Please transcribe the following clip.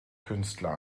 künstler